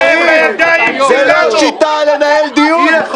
אי אפשר לנהל דיון.